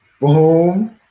Boom